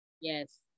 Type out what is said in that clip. yes